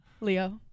Leo